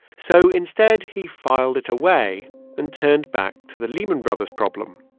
so instead, he filed it away and turned back to the lehman brothers problem.